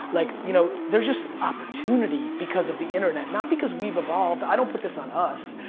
like you know, there's just opportunity because of the internet, not because we've evolved, i don't put this on us.